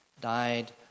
died